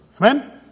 Amen